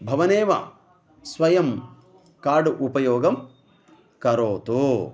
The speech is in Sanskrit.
भवानेव स्वयं कार्ड् उपयोगं करोतु